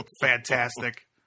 fantastic